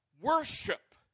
worship